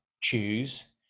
choose